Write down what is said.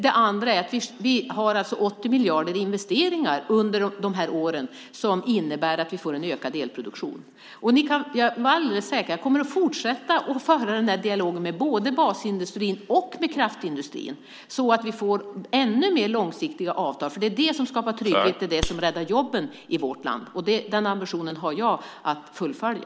Det andra är att vi har 80 miljarder till investeringar under de här åren som innebär att vi får en ökad elproduktion. Ni kan vara alldeles säkra på att jag kommer att fortsätta att föra den här dialogen med både basindustrin och kraftindustrin så att vi får ännu mer långsiktiga avtal. Det är det som skapar trygghet och räddar jobben i vårt land. Den ambitionen har jag att fullfölja.